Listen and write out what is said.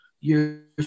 years